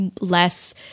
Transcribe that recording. less